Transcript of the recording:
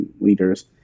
leaders